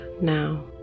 now